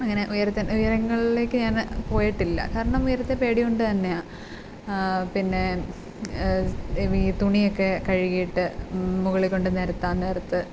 അങ്ങനെ ഉയരത്ത് ഉയരങ്ങളിലേക്ക് ഞാൻ പോയിട്ടില്ല കാരണം ഉയരത്തെ പേടി കൊണ്ട് തന്നെയാണ് പിന്നെ വ് ഈ തുണിയൊക്കെ കഴുകിയിട്ട് മുകളിൽ കൊണ്ട് നിരത്താൻ നേരത്ത്